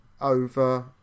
over